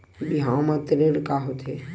बिहाव म ऋण का होथे?